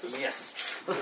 Yes